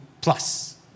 Plus